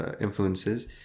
influences